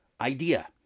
idea